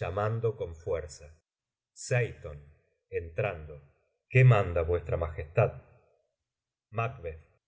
uamando con fuerza entrando qué manda vuestra majestad